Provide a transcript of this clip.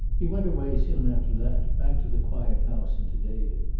he went away soon after that, back to the quiet house and to david.